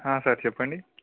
sir చెప్పండి